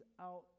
out